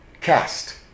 Cast